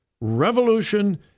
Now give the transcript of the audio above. revolution